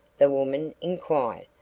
the woman inquired.